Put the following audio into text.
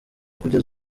kugeza